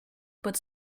but